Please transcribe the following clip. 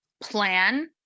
plan